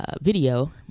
video